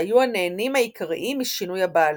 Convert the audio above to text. שהיו הנהנים העיקריים משינוי הבעלות.